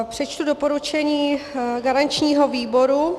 Přečtu doporučení garančního výboru.